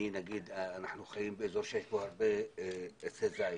אני חי באזור שיש בו הרבה מטעי זית,